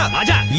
i don't